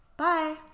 Bye